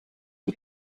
die